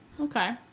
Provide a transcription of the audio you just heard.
Okay